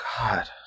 God